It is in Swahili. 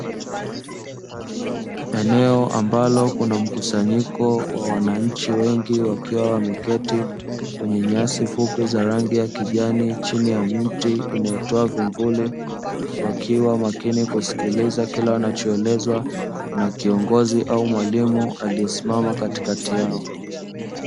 Eneo ambalo kuna mkusanyiko wa wananchi wengi, wakiwa wameketi kwenye nyasi fupi za rangi ya kijani, chini ya mti inayotoa vivuli, wakiwa makini kusikiliza kile wanachoelezwa na kiongozi au mwalimu aliyesimama katikati yao.